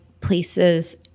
places